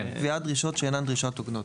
קביעת דרישות שאינן דרישות הוגנות.